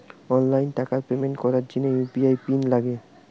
online টাকার payment করার জিনে ইউ.পি.আই পিন লাগে